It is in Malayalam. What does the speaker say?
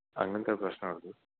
അങ്ങനത്തെ പ്രശ്നമുണ്ട്